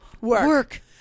work